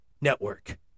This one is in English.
Network